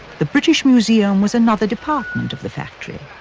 the british museum was another department of the factory.